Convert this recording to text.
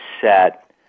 set